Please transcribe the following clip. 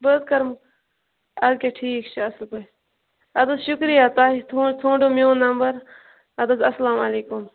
بہٕ حظ کرہو اَدٕ کیاہ ٹھیٖک چھُ اصٕل پٲٹھۍ اَدٕ حظ شُکریہ تۄہہ ژھٲنٛڈو میون نَمبر اَدٕ حظ اَلسَلامُ علیکُم